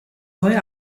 neue